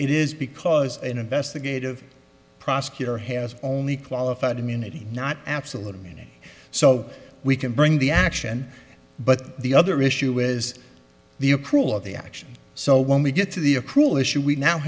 it is because an investigative prosecutor has only qualified immunity not absolute immunity so we can bring the action but the other issue is the approval of the action so when we get to the a cruel issue we now